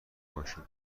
ماشین